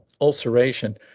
ulceration